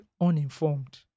uninformed